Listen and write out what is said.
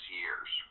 years